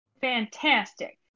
Fantastic